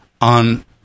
on